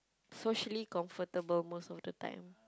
socially comfortable most of the time